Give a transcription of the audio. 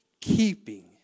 keeping